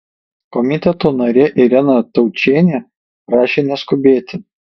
komiteto narė irena taučienė prašė neskubėti